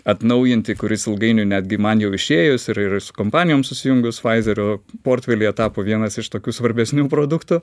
atnaujinti kuris ilgainiui netgi man jau išėjus ir ir kompanijom susijungus faizerio portfelyje tapo vienas iš tokių svarbesnių produktų